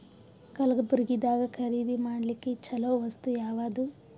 ಕಲಬುರ್ಗಿದಾಗ ಖರೀದಿ ಮಾಡ್ಲಿಕ್ಕಿ ಚಲೋ ವಸ್ತು ಯಾವಾದು?